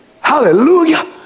Hallelujah